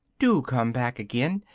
do come back again,